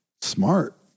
Smart